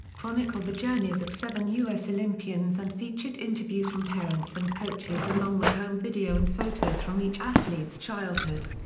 chronicled the journeys of seven u s. olympians and featured interviews from parents and coaches along with home video and photos from each athlete's childhood.